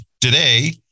today